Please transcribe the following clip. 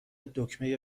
دکمه